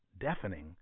deafening